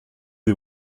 des